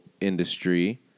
industry